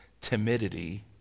timidity